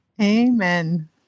Amen